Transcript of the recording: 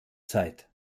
zeit